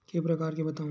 के प्रकार बतावव?